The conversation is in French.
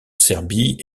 serbie